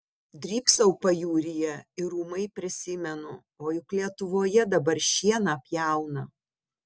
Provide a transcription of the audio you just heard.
drybsau pajūryje ir ūmai prisimenu o juk lietuvoje dabar šieną pjauna